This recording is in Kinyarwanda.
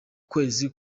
kwezi